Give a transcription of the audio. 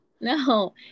No